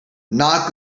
not